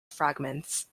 fragments